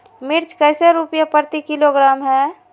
मिर्च कैसे रुपए प्रति किलोग्राम है?